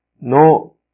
no